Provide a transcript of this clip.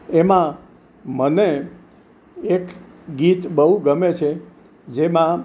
એમાં મને એક ગીત બહુ ગમે છે જેમાં